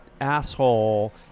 asshole